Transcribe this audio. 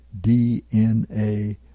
DNA